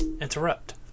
interrupt